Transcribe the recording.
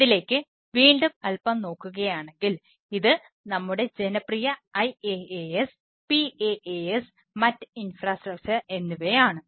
ഇതിലേക്ക് വീണ്ടും അൽപം നോക്കുകയാണെങ്കിൽ ഇത് നമ്മുടെ ജനപ്രിയ IaaS PaaS മറ്റ് ഇൻഫ്രാസ്ട്രക്ചർ എന്നിവയാണ്